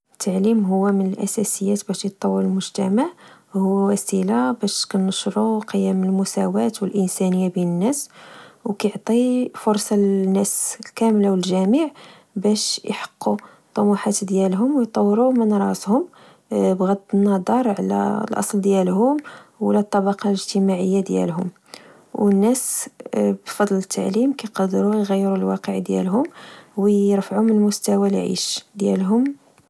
التعليم هو من الأساسياتباش يتطور المجتمع. هو وسيلة باش كنشرو قيم المساواة والإنسانية بين الناس، وكعطي فرصة للناس كاملة و للجميع باش يحقو طموحات ديالهم ويطوروا من راسهم، بغض النظر على الأصل ديالهم، ولا الطبقة الإجتماعية ديالهم. و الناس بفضل التعليم كقدرو يغيرو الواقع ديالهم و رفعو من مستوى العيش ديالهم